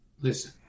listen